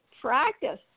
practice